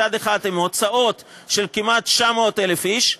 מצד אחד עם הוצאות של כמעט 900,000 איש,